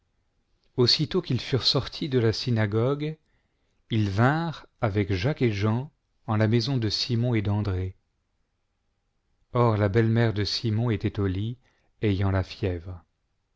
aussitôt qu'ils furent sortis de la synagogue ils vinrent avec jacques et jean en la maison de simon et d'andré or la belle mère de simon était au lit ayant la fièvre